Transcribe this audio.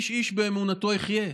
איש באמונתו יחיה,